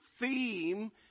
theme